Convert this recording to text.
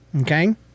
Okay